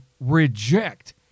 reject